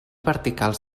verticals